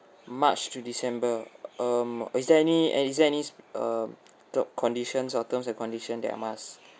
march to december um is there any is there any err the conditions err terms and condition that I must